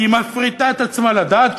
כי היא מפריטה את עצמה לדעת.